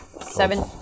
Seven